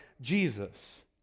Jesus